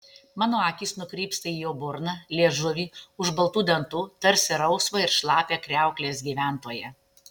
mano akys nukrypsta į jo burną liežuvį už baltų dantų tarsi rausvą ir šlapią kriauklės gyventoją